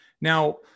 Now